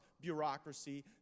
bureaucracy